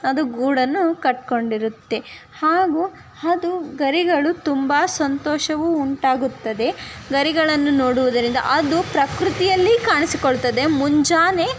ಅದು ಗೂಡನ್ನು ಕಟ್ಟಿಕೊಂಡಿರುತ್ತೆ ಹಾಗೂ ಅದು ಗರಿಗಳು ತುಂಬ ಸಂತೋಷವೂ ಉಂಟಾಗುತ್ತದೆ ಗರಿಗಳನ್ನು ನೋಡುವುದರಿಂದ ಅದು ಪ್ರಕೃತಿಯಲ್ಲಿ ಕಾಣಿಸಿಕೊಳ್ತದೆ ಮುಂಜಾನೆ